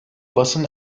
basın